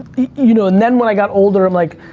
you know and then when i got older i'm like,